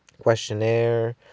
questionnaire